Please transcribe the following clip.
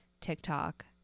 TikTok